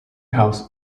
house